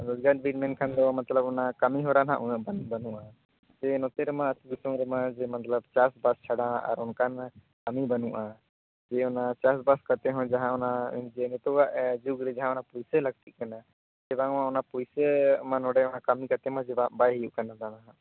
ᱨᱚᱡᱽᱜᱟᱨ ᱵᱤᱱ ᱢᱮᱱᱠᱷᱟᱱ ᱫᱚ ᱢᱚᱛᱞᱚᱵ ᱚᱱᱟ ᱠᱟᱹᱢᱤ ᱦᱚᱨᱟ ᱦᱟᱸᱜ ᱩᱱᱟᱹᱜ ᱵᱟᱹᱱᱩᱜᱼᱟ ᱥᱮ ᱱᱚᱛᱮ ᱨᱮᱢᱟ ᱟᱹᱛᱩ ᱫᱤᱥᱚᱢ ᱨᱮᱢᱟ ᱡᱮ ᱢᱚᱛᱞᱚᱵ ᱪᱟᱥ ᱵᱟᱥ ᱪᱷᱟᱲᱟ ᱟᱨ ᱚᱱᱠᱟᱱ ᱠᱟᱹᱢᱤ ᱵᱟᱹᱱᱩᱜᱼᱟ ᱡᱮ ᱚᱱᱟ ᱪᱟᱥ ᱵᱟᱥ ᱠᱟᱛᱮ ᱦᱚᱸ ᱡᱟᱦᱟᱸ ᱚᱱᱟ ᱡᱮ ᱱᱤᱛᱚᱜᱟᱜ ᱡᱩᱜᱽ ᱨᱮ ᱡᱟᱦᱟᱸ ᱚᱱᱟ ᱯᱩᱭᱥᱟᱹ ᱞᱟᱹᱠᱛᱤᱜ ᱠᱟᱱᱟ ᱪᱮᱫᱟ ᱵᱟᱝᱢᱟ ᱚᱱᱟ ᱯᱩᱭᱥᱟᱹ ᱢᱟ ᱱᱚᱸᱰᱮ ᱠᱟᱹᱢᱤ ᱠᱟᱛᱮ ᱢᱟ ᱡᱚᱛᱚ ᱢᱟ ᱵᱟᱭ ᱦᱩᱭᱩᱜ ᱠᱟᱱᱟ